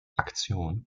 aktion